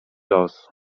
los